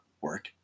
work